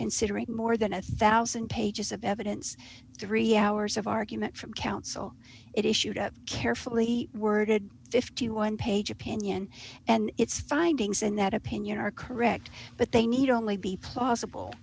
considering more than a one thousand pages of evidence three hours of argument from counsel it issued a carefully worded fifty one dollars page opinion and its findings and that opinion are correct but they need only be plausible